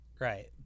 Right